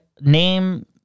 name